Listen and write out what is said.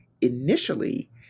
initially